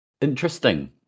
Interesting